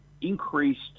increased